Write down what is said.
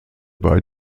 bei